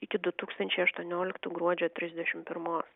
iki du tūkstančiai aštuonioliktų gruodžio trisdešim pirmos